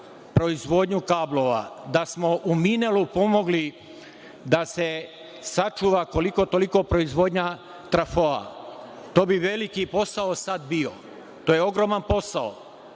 proizvodnju kablova, da smo u „Minelu“ pomogli da se sačuva, koliko toliko, proizvodnja trafoa. To bi sad bio veliki posao. To je ogroman posao. Znate,